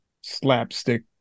slapstick